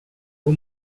uhr